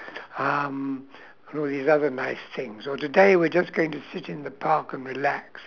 um all these other nice things or today we're just going to sit in the park and relax